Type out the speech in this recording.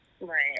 Right